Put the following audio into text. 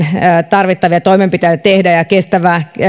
tarvittavia toimenpiteitä tehdä ja kestävää